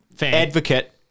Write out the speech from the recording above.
advocate